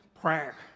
prayer